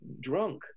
drunk